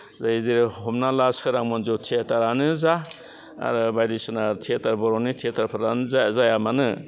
बे जेरै हमना ला सोरां मन्जु थियाटारानो जा आरो बायदिसिना थियाटार बर'नि थियाटारफोरानो जा जाया मानो